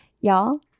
y'all